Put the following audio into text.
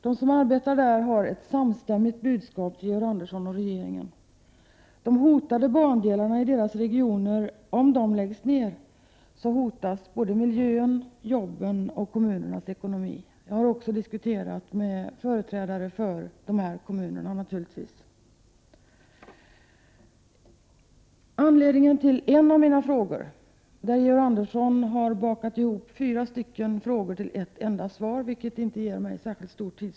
De som arbetar där har ett samstämmigt budskap till Georg Andersson och den övriga regeringen: Om de hotade bandelarna i deras regioner läggs ned hotas miljön, jobben och kommunernas ekonomi. Jag har naturligtvis även diskuterat med företrädare för dessa kommuner. Georg Andersson har bakat ihop fyra frågor och lämnat ett svar på dem, vilket inte ger mig särskilt mycket taletid.